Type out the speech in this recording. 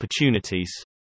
opportunities